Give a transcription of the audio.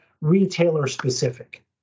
retailer-specific